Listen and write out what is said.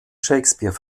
shakespeare